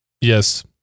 Yes